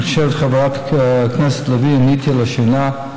אני חושב, חברת הכנסת לביא, שעניתי על השאלה.